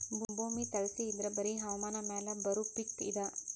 ಭೂಮಿ ತಳಸಿ ಇದ್ರ ಬರಿ ಹವಾಮಾನ ಮ್ಯಾಲ ಬರು ಪಿಕ್ ಇದ